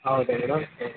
ಹೌದಾ ಮೇಡಮ್ ಹಾಂ